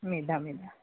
Medha Medha